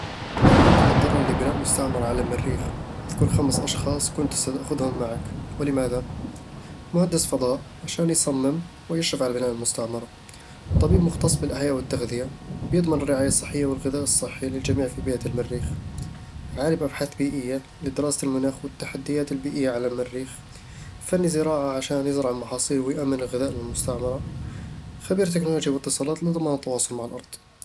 لو كنتَ مضطرًا لبناء مستعمرة على المريخ، اذكر خمسة أشخاص كنت ستأخذهم معك، ولماذا؟ مهندس فضاء: عشان يصمم ويشرف على بناء المستعمرة طبيب مختص بالأحياء والتغذية: بيضمن الرعاية الصحية والغذاء الصحي للجميع في بيئة المريخ عالم أبحاث بيئية: لدراسة المناخ والتحديات البيئية على المريخ فني زراعة: عشان يزرع المحاصيل ويؤمن الغذاء للمستعمرة خبير تكنولوجيا واتصالات: لضمان التواصل مع الأرض